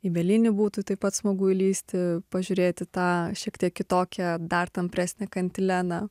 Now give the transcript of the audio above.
į bielinį būtų taip pat smagu įlįsti pažiūrėti tą šiek tiek kitokią dar tampresnę kantileną